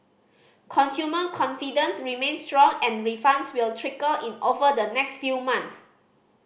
consumer confidence remains strong and refunds will trickle in over the next few months